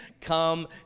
come